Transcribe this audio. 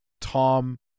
Tom